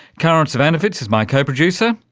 karin zsivanovits is my co-producer.